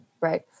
right